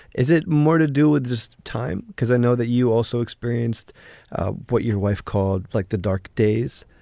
is it more to do with this time? because i know that you also experienced what your wife called like the dark days,